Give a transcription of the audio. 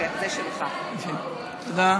תודה.